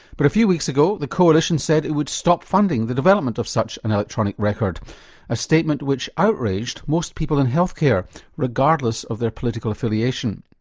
but a few weeks ago, the coalition said it would stop funding the development of such an electronic record a statement which outraged most people in healthcare regardless of their political affiliation.